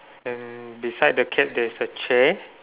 and beside the cat there's a chair